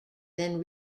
then